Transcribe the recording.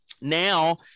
Now